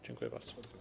Dziękuję bardzo.